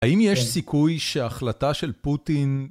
האם יש סיכוי שההחלטה של פוטין...